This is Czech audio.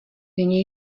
nyní